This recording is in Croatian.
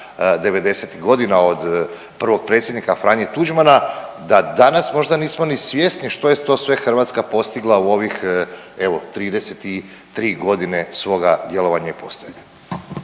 godina od prvog predsjednika Franje Tuđmana da danas možda nismo ni svjesni što je to sve Hrvatska postigla u ovih evo 33 godine svoga djelovanja i postojanja.